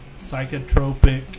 psychotropic